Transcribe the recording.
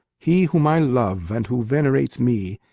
he whom i love, and who venerates me,